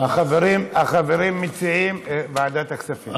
החברים מציעים ועדת הכספים.